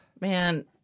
Man